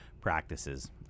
practices